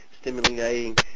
stimulating